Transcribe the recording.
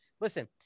listen